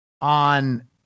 on